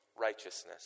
righteousness